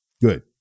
Good